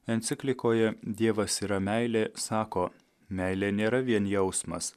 enciklikoje dievas yra meilė sako meilė nėra vien jausmas